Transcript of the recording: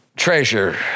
treasure